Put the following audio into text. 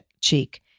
cheek